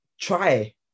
Try